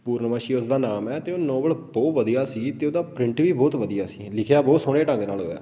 ਪੂਰਨਮਾਸ਼ੀ ਉਸਦਾ ਨਾਮ ਹੈ ਅਤੇ ਉਹ ਨੋਵਲ ਬਹੁਤ ਵਧੀਆ ਸੀ ਅਤੇ ਉਹਦਾ ਪ੍ਰਿੰਟ ਵੀ ਬਹੁਤ ਵਧੀਆ ਸੀ ਲਿਖਿਆ ਬਹੁਤ ਸੋਹਣੇ ਢੰਗ ਨਾਲ ਹੋਇਆ